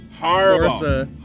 Horrible